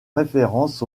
référence